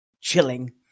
chilling